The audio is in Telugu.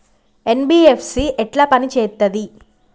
ఎన్.బి.ఎఫ్.సి ఎట్ల పని చేత్తది?